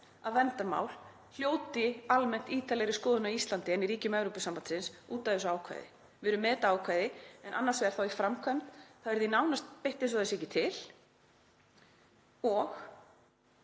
að verndarmál hljóti almennt ítarlegri skoðun á Íslandi en í ríkjum Evrópusambandsins út af þessu ákvæði. Við erum með þetta ákvæði en í framkvæmd er því nánast beitt eins og það sé ekki til og